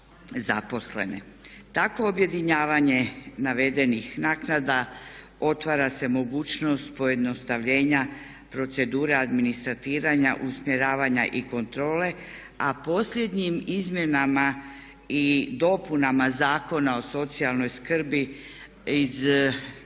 Takvo objedinjavanje navedenih naknada otvara se mogućnost pojednostavljenja procedure administratiranja, usmjeravanja i kontrole. A posljednjim Izmjenama i dopunama Zakona o socijalnoj skrbi iz 2015.